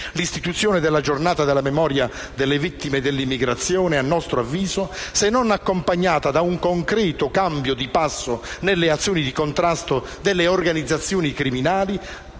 L'istituzione della Giornata della memoria delle vittime dell'immigrazione, a nostro avviso, se non accompagnata da un concreto cambio di passo nelle azioni di contrasto alle organizzazioni criminali